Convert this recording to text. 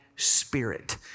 Spirit